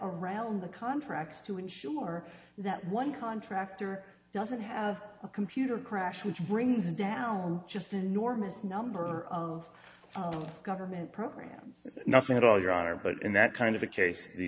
around the contracts to ensure that one contractor doesn't have a computer crash which brings down just enormous number of government programs nothing at all you are but in that kind of a case the